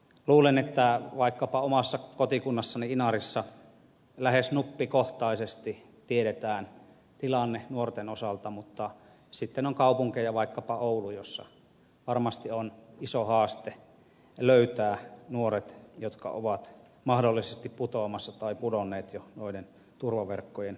luulen että vaikkapa omassa kotikunnassani inarissa lähes nuppikohtaisesti tiedetään tilanne nuorten osalta mutta sitten on kaupunkeja vaikkapa oulu jossa varmasti on iso haaste löytää nuoret jotka ovat mahdollisesti putoamassa tai pudonneet jo noiden turvaverkkojen ulkopuolelle